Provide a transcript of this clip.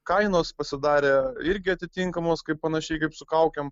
kainos pasidarė irgi atitinkamos kaip panašiai kaip su kaukėm